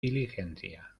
diligencia